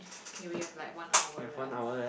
okay we have like one hour left